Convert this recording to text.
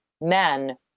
men